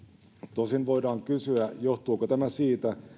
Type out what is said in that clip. tosin voidaan kysyä johtuuko tämä siitä